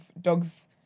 dogs